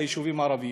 ליישובים הערביים.